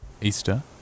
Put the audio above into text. Easter